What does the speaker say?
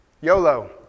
YOLO